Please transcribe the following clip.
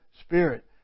Spirit